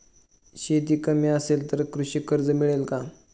शेती कमी असेल तर कृषी कर्ज मिळेल का?